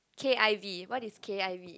K_I_V what is K_I_V